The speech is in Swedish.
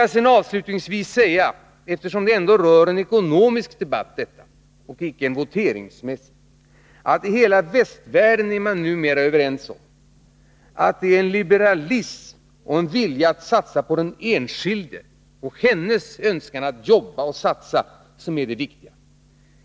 Eftersom detta ändå är en ekonomisk och inte en voteringsteknisk debatt, vill jag avslutningsvis säga att i hela västvärlden är man numera överens om att det är liberalism och en vilja att satsa på den enskilde och hennes önskan att jobba som är det viktiga.